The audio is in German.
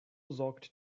sorgt